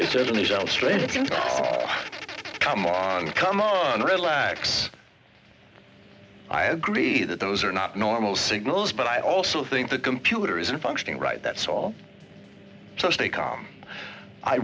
they certainly sound strange if you come on come on relax i agree that those are not normal signals but i also think the computer isn't functioning right that's all so stay calm i